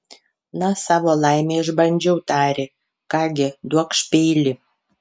na savo laimę išbandžiau tarė ką gi duokš peilį